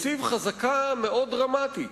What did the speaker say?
מציבה חזקה מאוד דרמטית,